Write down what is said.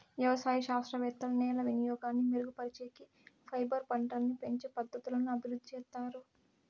వ్యవసాయ శాస్త్రవేత్తలు నేల వినియోగాన్ని మెరుగుపరిచేకి, ఫైబర్ పంటలని పెంచే పద్ధతులను అభివృద్ధి చేత్తారు